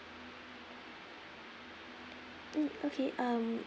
mm okay um